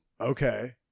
Okay